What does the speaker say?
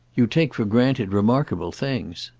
you take for granted remarkable things.